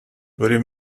during